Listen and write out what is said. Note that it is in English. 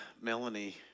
Melanie